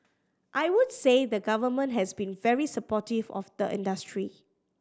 I would say the Government has been very supportive of the industry